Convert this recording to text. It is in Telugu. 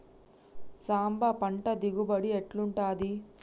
సాంబ పంట దిగుబడి ఎట్లుంటది?